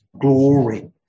glory